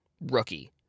rookie